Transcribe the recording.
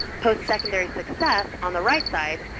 postsecondary success, on the right side,